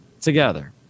together